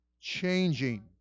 changing